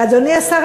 אדוני השר,